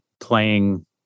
playing